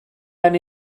lan